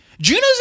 Juno's